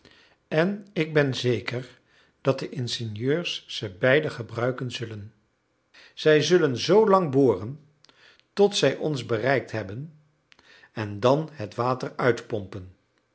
en ik ben zeker dat de ingenieurs ze beide gebruiken zullen zij zullen zoolang boren tot zij ons bereikt hebben en dan het water uitpompen